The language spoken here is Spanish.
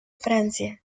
francia